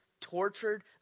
tortured